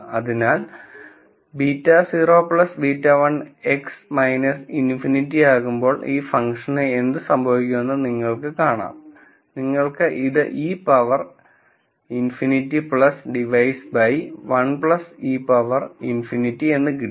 അതിനാൽ β0 β1 X minus infinity ആകുമ്പോൾ ഈ ഫംഗ്ഷന് എന്ത് സംഭവിക്കുമെന്ന് നിങ്ങൾക്ക് കാണാം നിങ്ങൾക്ക് ഇത് e power ∞ divided by 1 e power ∞ എന്ന് കിട്ടും